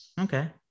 Okay